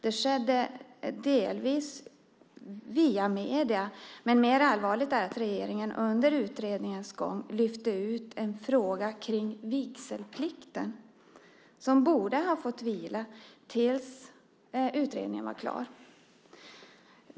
Det skedde delvis via medier. Men mer allvarligt är att regeringen under utredningens gång lyfte ut en fråga kring vigselplikten, som borde ha fått vila tills utredningen var klar.